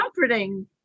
comforting